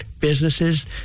businesses